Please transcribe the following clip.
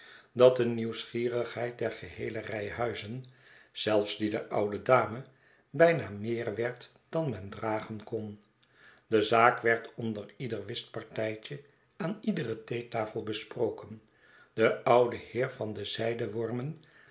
dat de nieuwsgierigheid der geheele rij huizen zelfs die der oude dame bijna meer werd dan men dragen kon de zaak werd onder ieder whistpartijtje aan iedere theetafel besproken de oude heer van de zijwormen